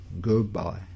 Goodbye